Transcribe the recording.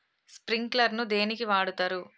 Sprinkler ను దేనికి వాడుతరు?